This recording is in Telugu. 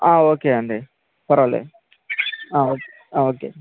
ఓకే అండీ పర్వాలేదు ఓకే ఓకే